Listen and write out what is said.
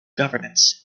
governance